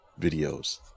videos